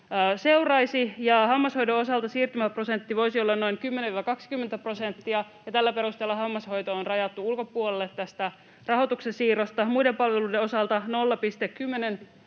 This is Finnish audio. seuraisi. Hammashoidon osalta siirtymäprosentti voisi olla noin 10—20, ja tällä perusteella hammashoito on rajattu ulkopuolelle tästä rahoituksen siirrosta. Muiden palveluiden osalta 0,10 prosenttiyksikköä.